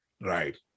Right